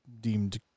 deemed